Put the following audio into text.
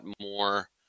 more